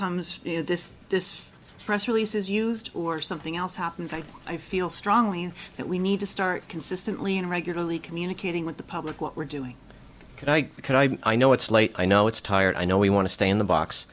to this this press release is used or something else happens and i feel strongly that we need to start consistently and regularly communicating with the public what we're doing and i can i i know it's late i know it's tired i know we want to stay in the box